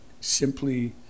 simply